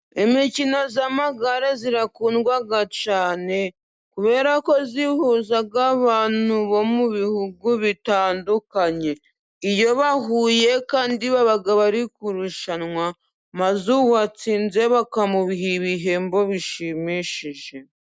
Imikino y'amagare irakundwa cyane kubera ko ihuza abantu bo mu bihugu bitandukanye. Iyo bahuye kandi baba bari kurushanwa, maze uwatsinze bakamuha ibihembo bishimishije.